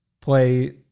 play